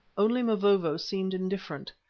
only mavovo seemed indifferent.